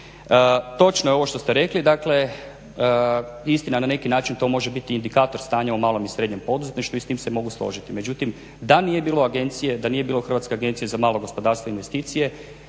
Točno je ovo što ste rekli, istina na neki način to može biti i indikator stanja u malom i srednjem poduzetništvu i s tim se mogu složiti. Međutim, da nije bilo Hrvatske agencije za malo gospodarstvo i investicije